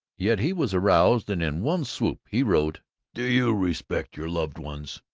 yet he was aroused and in one swoop he wrote do you respect your loved ones?